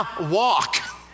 walk